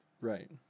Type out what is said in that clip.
Right